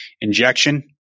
injection